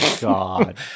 God